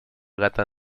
gata